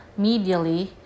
medially